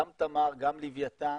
גם תמר, גם לווייתן,